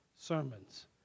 sermons